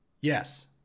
Yes